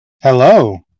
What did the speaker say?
Hello